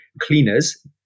cleaners